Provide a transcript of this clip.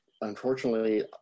unfortunately